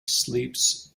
sleeps